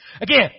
Again